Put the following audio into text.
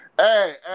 hey